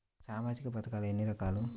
సామాజిక పథకాలు ఎన్ని రకాలు?